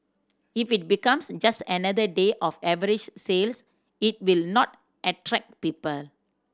if it becomes just another day of average sales it will not attract people